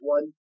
One